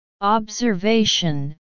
Observation